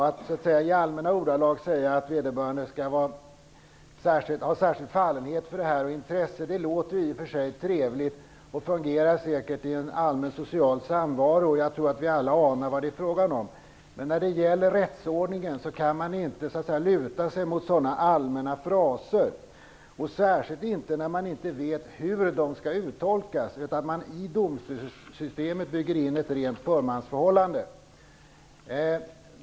Att i allmänna ordalag säga att vederbörande skall ha särskild fallenhet och intresse låter i och för sig trevligt och fungerar säkert i en allmän social samvaro. Jag tror att vi alla anar vad det är frågan om. Men när det gäller rättsordningen kan man inte luta sig mot sådana allmänna fraser. Särskilt inte när man inte vet hur de skall uttolkas. Man bygger in ett rent förmansförhållande i domstolssystemet.